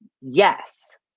Yes